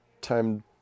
time